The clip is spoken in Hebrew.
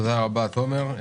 תודה רבה, תומר.